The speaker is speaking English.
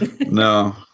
No